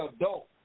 adult